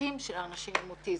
לצרכים של האנשים עם אוטיזם.